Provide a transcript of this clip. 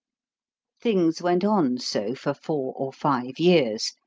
things went on so for four or five years,